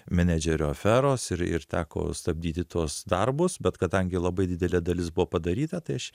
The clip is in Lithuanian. menedžerio aferos ir ir teko stabdyti tuos darbus bet kadangi labai didelė dalis buvo padaryta tai aš